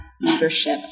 Leadership